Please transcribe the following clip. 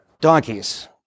donkeys